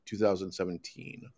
2017